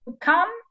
come